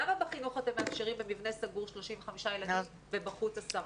למה בחינוך אתם מאפשרים במבנה סגור 35 ילדים ובחוץ רק עשרה?